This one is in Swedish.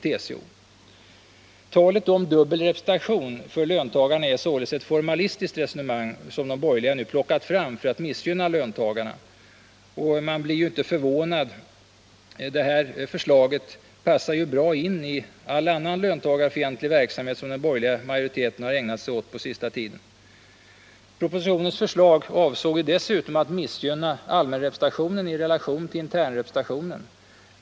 Talet om dubbel representation för löntagarna är således ett formalistiskt resonemang som de borgerliga nu plockat fram för att missgynna löntagarna. Man blir inte förvånad. Det här förslaget passar bra in i all annan löntagarfientlig verksamhet, som den borgerliga majoriteten har ägnat sig åt den senaste tiden. Propositionens förslag avsåg dessutom att missgynna allmänrepresentationen i relation till internrepresentationen.